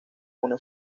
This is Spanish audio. una